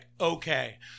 okay